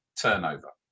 turnover